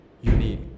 Unique